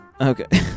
Okay